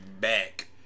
back